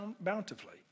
bountifully